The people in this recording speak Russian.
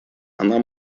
она